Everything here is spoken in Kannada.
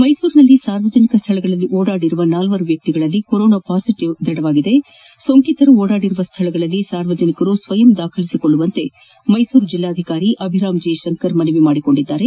ಮೈಸೂರಿನಲ್ಲಿ ಸಾರ್ವಜನಿಕ ಸ್ನಳಗಳಲ್ಲಿ ಓಡಾಡಿರುವ ನಾಲ್ವರು ವ್ಯಕ್ತಿಗಳಲ್ಲಿ ಕೊರೋನಾ ಪಾಸಿಟಿವ್ ದೃಢವಾಗಿದ್ದು ಸೋಂಕಿತರು ಓಡಾದಿರುವ ಸ್ಥಳದಲ್ಲಿನ ಸಾರ್ವಜನಿಕರು ಸ್ವಯಂ ದಾಖಲಿಸಿಕೊಳ್ಳುವಂತೆ ಮೈಸೂರು ಜಿಲ್ಲಾಧಿಕಾರಿ ಅಭಿರಾಂ ಜೀ ಶಂಕರ್ ಮನವಿ ಮಾಡಿದ್ದಾರೆ